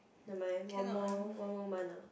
never mind one more one more month ah